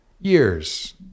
years